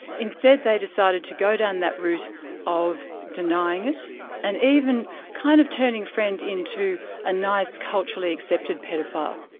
instead they decided to go down that route of denying it and even kind of turning friend into a nice culturally accepted paedophile,